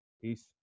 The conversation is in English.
Peace